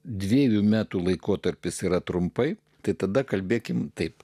dviejų metų laikotarpis yra trumpai tai tada kalbėkime taip